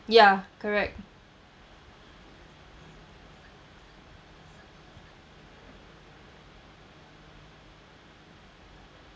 ya correct